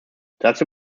dazu